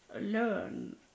learn